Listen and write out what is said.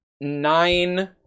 nine